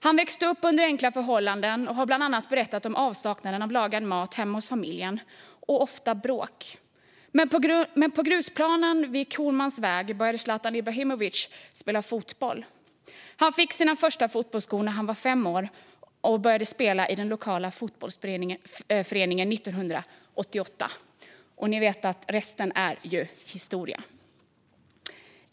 Han växte upp under enkla förhållanden och har bland annat berättat om avsaknaden av lagad mat hemma hos familjen och att det ofta var bråk. Men på grusplanen vid Cronmans väg började Zlatan Ibrahimovic att spela fotboll. Han fick sina första fotbollsskor när han var fem år och började spela i den lokala fotbollsföreningen 1988. Ni vet att resten är historia.